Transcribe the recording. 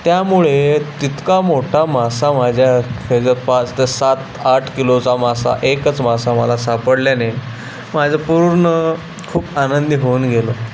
त्यामुळे तितका मोठा मासा माझ्या खरं पाच तर सात आठ किलोचा मासा एकच मासा मला सापडल्याने माझं पूर्ण खूप आनंदी होऊन गेलं